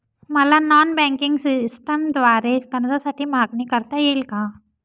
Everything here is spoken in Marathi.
मला नॉन बँकिंग सिस्टमद्वारे कर्जासाठी मागणी करता येईल का?